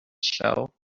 show